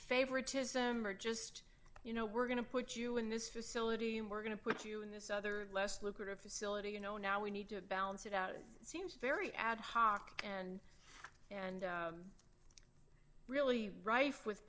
favoritism or just you know we're going to put you in this facility we're going to put you in this other less lucrative facility you know now we need to balance it out it seems very ad hoc and and really rife's with